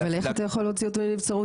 אבל איך אתה יכול להוציא אותו לנבצרות,